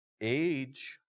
age